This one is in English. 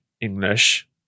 English